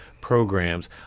programs